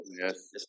yes